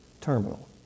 terminal